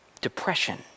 depression